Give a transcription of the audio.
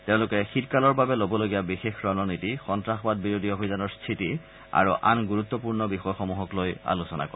তেওঁলোকে শীতকালৰ বাবে লবলগীয়া বিশেষ ৰণনীতি সন্ত্ৰাসবাদ বিৰোধী অভিযানৰ স্থিতি আৰু আন গুৰুত্বপূৰ্ণ বিষয়সমূহক লৈ আলোচনা কৰে